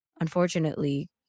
unfortunately